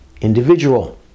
individual